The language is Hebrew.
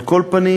על כל פנים,